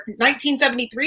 1973